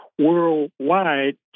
worldwide